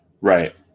Right